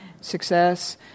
success